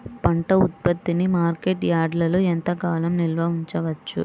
పంట ఉత్పత్తిని మార్కెట్ యార్డ్లలో ఎంతకాలం నిల్వ ఉంచవచ్చు?